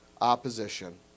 opposition